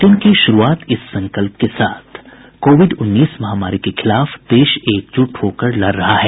bulletin की शुरूआत इस संकल्प के साथ कोविड उन्नीस महामारी के खिलाफ देश एकजुट होकर लड़ रहा है